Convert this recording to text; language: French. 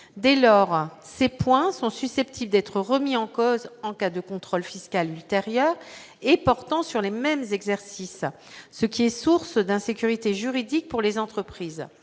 dès lors ces points sont susceptibles d'être remis en cause en cas de contrôle fiscal ultérieures et portant sur les mêmes exercices ce qui est source d'insécurité juridique pour les entreprises,